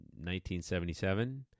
1977